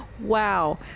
wow